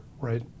right